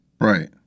Right